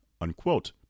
unquote